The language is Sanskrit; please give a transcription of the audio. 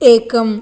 एकम्